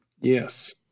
Yes